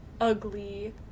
ugly